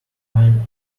find